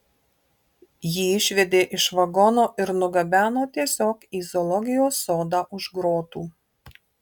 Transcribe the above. jį išvedė iš vagono ir nugabeno tiesiog į zoologijos sodą už grotų